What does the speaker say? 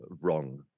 wrong